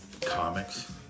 Comics